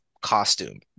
costume